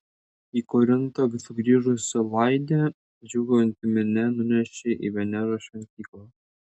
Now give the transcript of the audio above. į korintą sugrįžusią laidę džiūgaujanti minia nunešė į veneros šventyklą